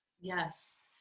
Yes